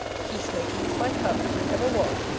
peace-making is my talent, and ever was.